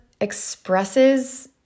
expresses